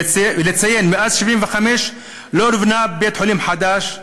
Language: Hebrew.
נציין שמאז 1975 לא נבנה בית-חולים חדש.